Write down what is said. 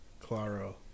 Claro